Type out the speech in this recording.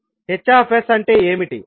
Hsఅంటే ఏమిటి